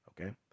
Okay